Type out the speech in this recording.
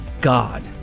God